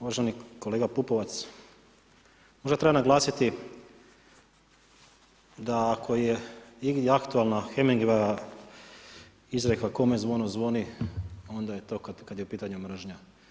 Uvaženi kolega Pupovac, možda treba naglasiti da ako je igdje aktualna Hemingwayjeva izreka „Kome zvono zvoni“, onda je to kad je u pitaju mržnja.